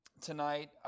tonight